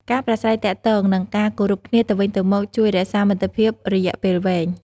ការប្រាស្រ័យទាក់ទង និងការគោរពគ្នាទៅវិញទៅមកជួយរក្សាមិត្តភាពរយៈពេលវែង។